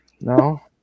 No